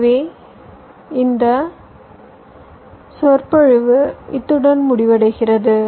எனவே இந்த சொற்பொழிவு இத்துடன் முடிவடைகிறது